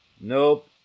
Nope